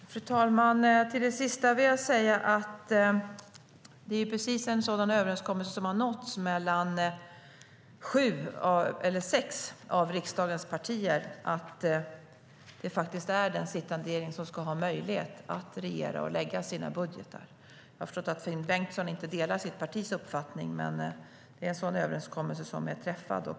Fru talman! Till det sista vill jag säga att det är precis en sådan överenskommelse som har nåtts mellan sex av riksdagens partier; det är den sittande regeringen som ska ha möjlighet att regera och lägga fram sina budgetar. Jag har förstått att Finn Bengtsson inte delar sitt partis uppfattning, men det är en sådan överenskommelse som är träffad.